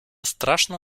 страшно